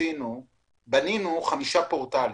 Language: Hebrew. בנינו חמישה פורטלים: